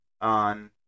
on